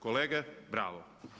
Kolege, bravo.